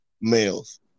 males